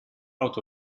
out